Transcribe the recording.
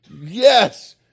Yes